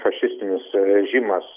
fašistinis režimas